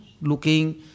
looking